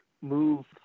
move